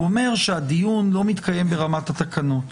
הוא אומר שהדיון לא מתקיים ברמת התקנות.